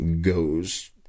goes